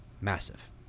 massive